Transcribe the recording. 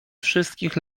wszystkich